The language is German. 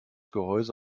gehäuse